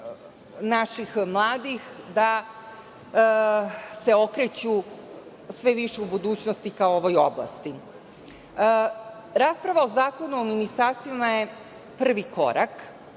naših mladih da se okreću sve više u budućnosti ka ovoj oblasti. Rasprava o Zakonu o ministarstvima je prvi korak,